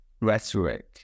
rhetoric